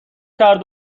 کرد